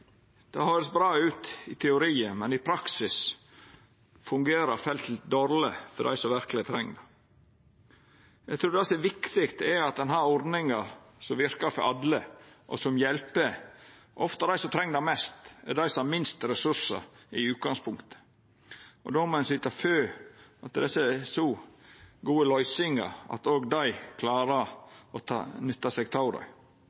det høyrest bra ut i teorien, men at det i praksis fungerer dårleg for dei som verkeleg treng det. Eg trur det som er viktig, er at ein har ordningar som verkar for alle, og som hjelper. Ofte er det dei som treng det mest, som har minst ressursar i utgangspunktet, og då må ein syta for at det er så gode løysingar at òg dei